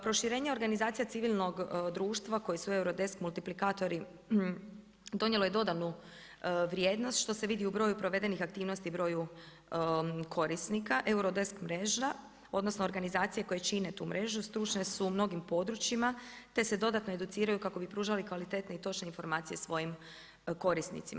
Proširenje organizacije civilnog društva koji su Eruodesk multiplikatori, donijelo je dodanu vrijednost, što se vidi u broju provednih aktivnosti, broju, korisnika, Eurodesk mreža, odnosno organizaciju koje čine tu mrežu, stručne su u mnogim područjima, te se dodatno educiraju kako bi prožili kvalitetnije, točnije informacije svojim korisnicima.